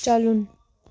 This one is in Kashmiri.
چلُن